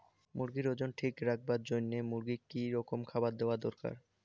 মুরগির ওজন ঠিক রাখবার জইন্যে মূর্গিক কি রকম খাবার দেওয়া দরকার?